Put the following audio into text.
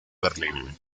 berlín